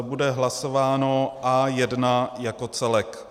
Bude hlasováno A1 jako celek.